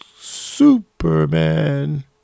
Superman